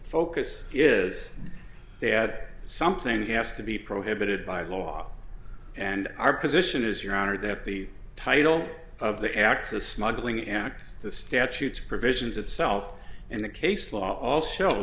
focus is that something has to be prohibited by the law and our position is your honor that the title of the actual smuggling act the statutes provisions itself in the case law all show